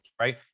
right